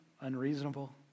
unreasonable